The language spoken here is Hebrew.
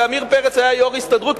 כשעמיר פרץ היה יו"ר ההסתדרות,